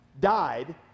died